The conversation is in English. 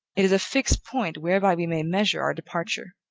it is a fixed point whereby we may measure our departure.